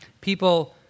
people